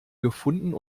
gefunden